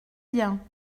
bien